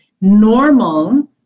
normal